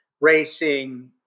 Racing